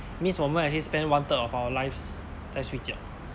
means 我们 actually spend one third of our lives 在睡觉